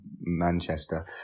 Manchester